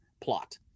plot